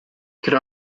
could